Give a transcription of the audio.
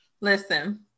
Listen